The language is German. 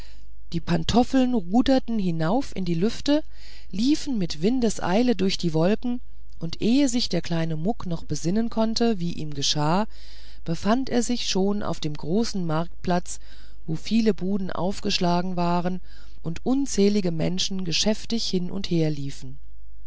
die pantoffeln ruderten hinauf in die lüfte liefen mit windeseile durch die wolken und ehe sich der kleine muck noch besinnen konnte wie ihm geschah befand er sich schon auf einem großen marktplatz wo viele buden aufgeschlagen waren und unzählige menschen geschäftig hin und her liefen